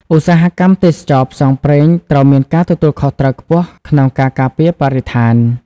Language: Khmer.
ឧស្សាហកម្មទេសចរណ៍ផ្សងព្រេងត្រូវមានការទទួលខុសត្រូវខ្ពស់ក្នុងការការពារបរិស្ថាន។